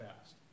fast